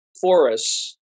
forests